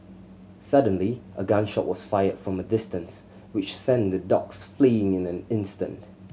suddenly a gun shot was fired from a distance which sent the dogs fleeing in an instant